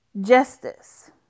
justice